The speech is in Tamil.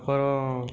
அப்புறம்